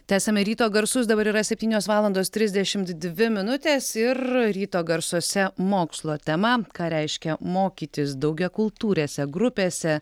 tęsiame ryto garsus dabar yra septynios valandos trisdešimt dvi minutės ir ryto garsuose mokslo tema ką reiškia mokytis daugiakultūrėse grupėse